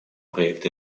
проект